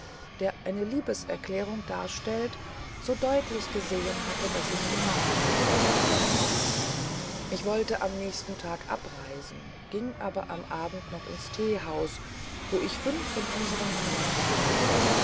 der eine liebeserklärung darstellt so deutlich gesehen hatte daß ich ihn malen konnte ich wollte am nächsten tag abreisen ging aber am abend noch ins teehaus wo ich fünf von unseren malern traf